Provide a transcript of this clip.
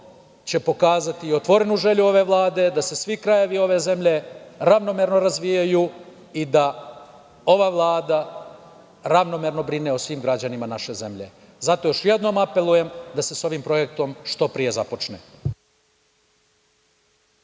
će pokazati otvorenu želju ove Vlade da se svi krajevi ove zemlje ravnomerno razvijaju i da ova Vlada ravnomerno brine o svim građanima naše zemlje. Zato još jednom apelujem da se sa ovim projektom što pre započne.